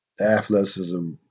athleticism